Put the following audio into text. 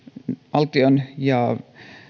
valtion ja